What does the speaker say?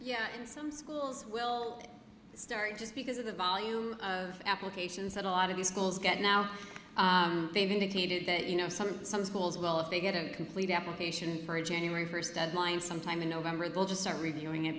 yeah and some schools start just because of the volume of applications that a lot of these schools get now they've indicated that you know some some schools will if they get a complete application for a january first deadline sometime in november they'll just start reviewing it